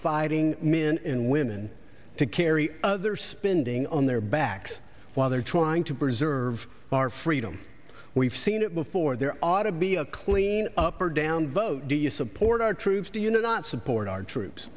fighting men and women to carry their spending on their backs while they're trying to preserve our freedom we've seen it before there oughta be a clean up or down vote do you support our troops do you not support our troops